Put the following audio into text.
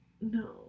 No